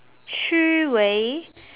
Shi Wei